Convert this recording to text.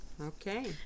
Okay